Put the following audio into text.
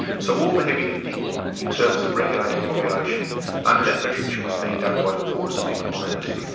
so, all the heavy lifting in terms of regulating population under that projection was being done by the poorest people on earth.